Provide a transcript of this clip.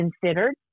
Considered